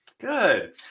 Good